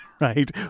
right